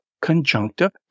conjunctive